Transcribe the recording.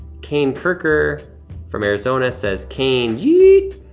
kane kirker from arizona says, kane, yeet.